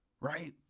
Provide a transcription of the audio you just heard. right